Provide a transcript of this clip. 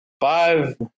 five